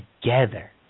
together